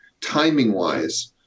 timing-wise